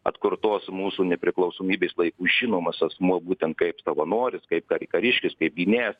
atkurtos mūsų nepriklausomybės laikų žinomas asmuo būtent kaip savanoris kaip kar kariškis kaip gynėjas